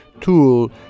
tool